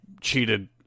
cheated